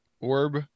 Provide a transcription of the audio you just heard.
orb